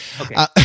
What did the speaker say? Okay